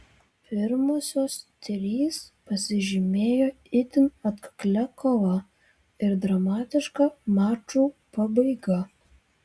pirmosios trys pasižymėjo itin atkaklia kova ir dramatiška mačų pabaiga